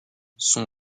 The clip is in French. son